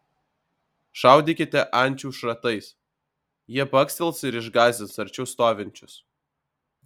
šaudykite ančių šratais jie bakstels ir išgąsdins arčiau stovinčius